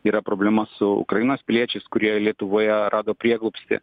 yra problema su ukrainos piliečiais kurie lietuvoje rado prieglobstį